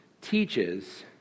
teaches